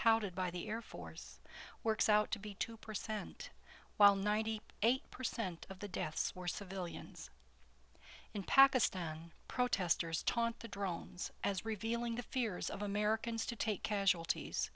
touted by the air force works out to be two percent while ninety eight percent of the deaths were civilians in pakistan protesters taunt the drones as revealing the fears of americans to take casualties